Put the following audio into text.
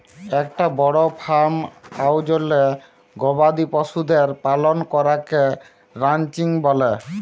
একটা বড় ফার্ম আয়জলে গবাদি পশুদের পালন করাকে রানচিং ব্যলে